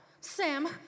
Sam